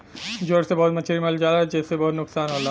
ज्वर से बहुत मछरी मर जाला जेसे बहुत नुकसान होला